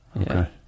Okay